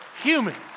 Humans